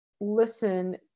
listen